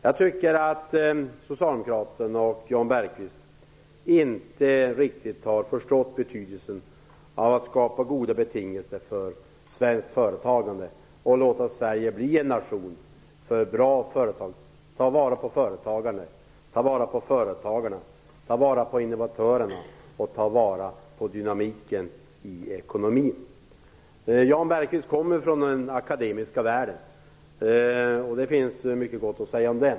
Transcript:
Jag tycker att Socialdemokraterna och Jan Bergqvist inte riktigt har förstått betydelsen av att skapa goda betingelser för svenskt företagande och låta Sverige bli en nation för bra företag. Man måste ta vara på företagarna och innovatörerna och ta vara på dynamiken i ekonomin. Jan Bergqvist kommer från den akademiska världen, och det finns mycket gott att säga om den.